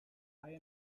high